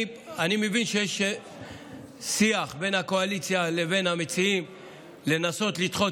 אני מבין שיש שיח בין הקואליציה לבין המציעים לנסות לדחות